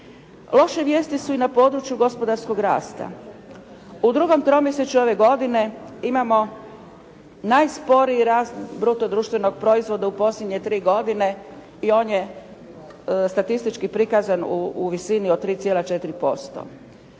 Loše vijesti su i na području gospodarskog rasta. U drugom tromjesečju ove godine imamo najsporiji rast bruto društvenog proizvoda u posljednje 3 godine i on je statistički prikazan u visini od 3,4%.